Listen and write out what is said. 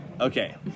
Okay